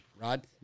Rod